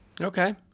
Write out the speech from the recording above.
Okay